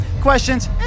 questions